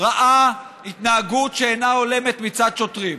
ראה התנהגות שאינה הולמת מצד שוטרים,